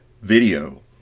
video